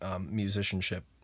musicianship